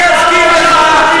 אני אזכיר לך.